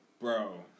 Bro